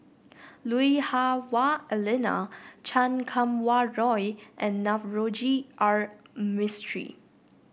Lui Hah Wah Elena Chan Kum Wah Roy and Navroji R Mistri